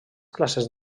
classes